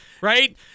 right